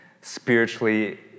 spiritually